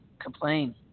complain